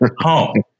home